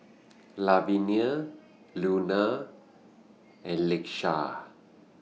Lavinia Luna and Leisha